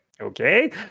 okay